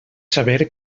saber